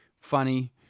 funny